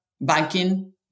banking